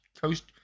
coast